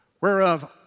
whereof